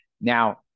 Now